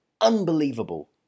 unbelievable